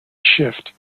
shift